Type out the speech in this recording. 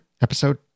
episode